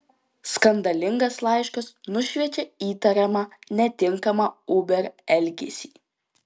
skandalingas laiškas nušviečia įtariamą netinkamą uber elgesį